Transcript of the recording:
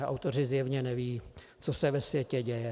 Autoři zjevně nevědí, co se ve světě děje.